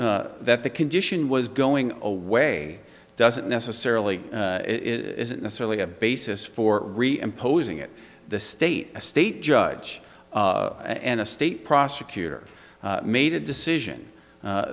that the condition was going away doesn't necessarily isn't necessarily a basis for imposing it the state a state judge and a state prosecutor made a decision